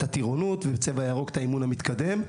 הטירונות ובצבע ירוק את האימון המתקדם,